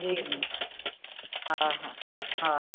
जी जी हा हा हा